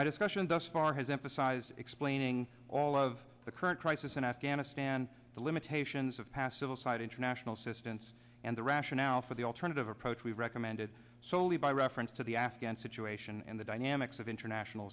discussion thus far has emphasized explaining all of the current crisis in afghanistan the limitations of passive aside international systems and the rationale for the alternative approach we recommended solely by reference to the afghan situation and the dynamics of international